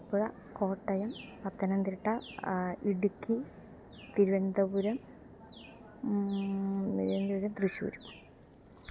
Alappuzha Kottayam Pathanamthitta Idukki Thiruvananthapuram Thiruvananthapuram Thrissur